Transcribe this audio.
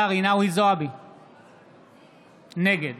נגד